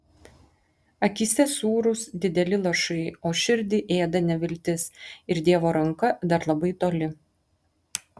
akyse sūrūs dideli lašai o širdį ėda neviltis ir dievo ranka dar labai toli